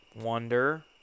wonder